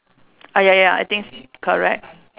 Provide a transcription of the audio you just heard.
ah ya ya I think correct